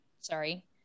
sorry –